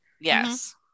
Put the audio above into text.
yes